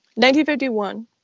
1951